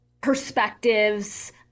perspectives